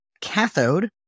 cathode